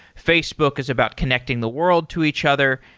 facebook is about connecting the world to each other.